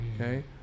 okay